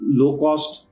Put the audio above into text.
low-cost